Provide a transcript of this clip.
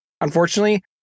Unfortunately